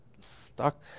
stuck